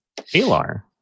Alar